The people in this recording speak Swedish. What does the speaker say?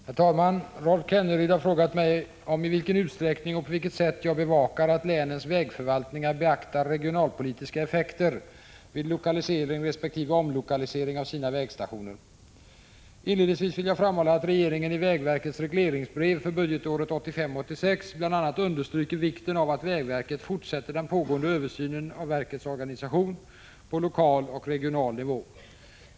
Herr talman! Rolf Kenneryd har frågat mig om i vilken utsträckning och på vilket sätt jag bevakar att länens vägförvaltningar beaktar regionalpolitiska effekter vid lokalisering resp. omlokalisering av sina vägstationer. Inledningsvis vill jag framhålla att regeringen i vägverkets regleringsbrev för budgetåret 1985/86 bl.a. understryker vikten av att vägverket fortsätter den pågående översynen av verkets organisation på lokal och regional nivå.